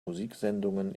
musiksendungen